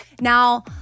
Now